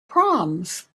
proms